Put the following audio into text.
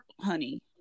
honey